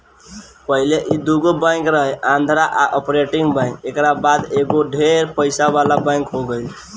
पहिले ई दुगो बैंक रहे आंध्रा आ कॉर्पोरेट बैंक एकरा बाद ई एगो ढेर पइसा वाला बैंक हो गईल